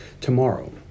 Tomorrow